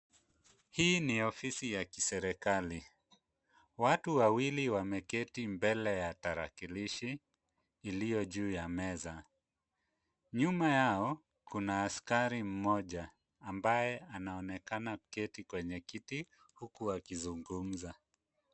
Hii ni ofisi ya kiserekali. Watu wawili wameketi mbele ya tarakilishi iliyo juu ya meza. Nyuma yao kuna askari mmoja ambaye anaonekana kuketi kwenye kiti huku akizungumza.